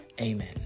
Amen